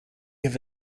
have